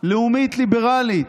לאומית ליברלית,